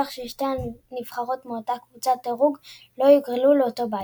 כך ששתי נבחרות מאותה קבוצת דירוג לא יוגרלו לאותו בית.